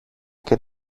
και